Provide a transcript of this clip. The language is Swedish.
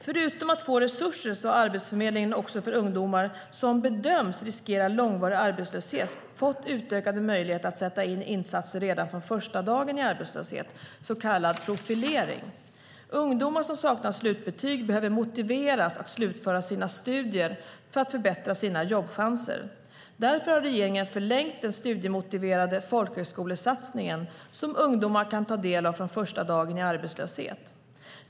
Förutom att få resurser har Arbetsförmedlingen också för ungdomar som bedöms riskera långvarig arbetslöshet fått utökade möjligheter att sätta in insatser redan från första dagen i arbetslöshet, så kallad profilering. Ungdomar som saknar slutbetyg behöver motiveras att slutföra sina studier för att förbättra sina jobbchanser. Därför har regeringen förlängt den studiemotiverande folkhögskolesatsningen som ungdomar kan ta del av från första dagen i arbetslöshet.